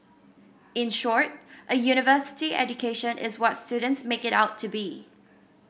in short a university education is what students make it out to be